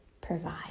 provide